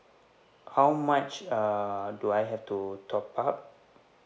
how much uh do I have to top up